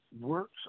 works